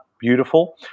beautiful